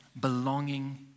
belonging